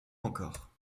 encore